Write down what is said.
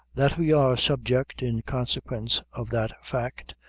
that we are subject in consequence of that fact,